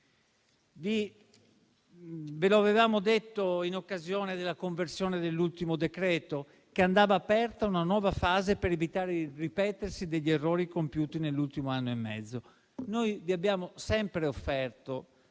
Ve l'avevamo detto in occasione della conversione dell'ultimo decreto che andava aperta una nuova fase per evitare il ripetersi degli errori compiuti nell'ultimo anno e mezzo. Noi vi abbiamo sempre offerto,